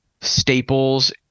staples